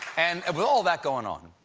and with all that going on,